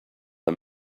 are